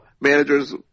managers